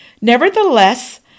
Nevertheless